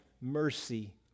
mercy